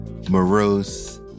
Morose